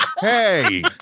hey